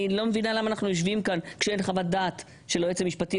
אני לא מבינה למה אנחנו יושבים כאן כשאין חוות דעת של היועץ המשפטי.